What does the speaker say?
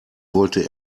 wollte